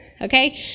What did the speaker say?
Okay